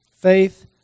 Faith